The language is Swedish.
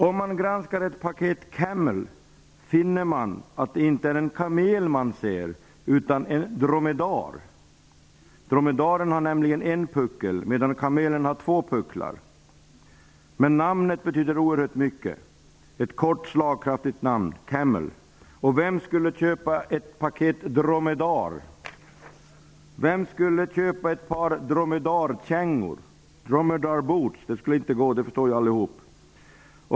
Om man granskar ett paket Camel, finner man att man inte ser en kamel utan en dromedar. Dromedaren har nämligen en puckel, medan kamelen har två pucklar. Men namnet betyder oerhört mycket. Camel är ett kort och slagkraftigt namn. Vem skulle köpa ett paket dromedar? Vem skulle köpa ett par Dromedarkängor, ett par Dromedar Boots? Det skulle inte gå. Det förstår alla.